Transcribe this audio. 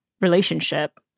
relationship